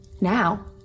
Now